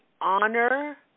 honor